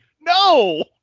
No